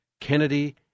Kennedy